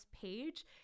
page